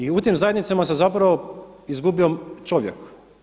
I u tim zajednicama se zapravo izgubio čovjek.